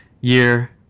year